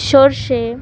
সরষে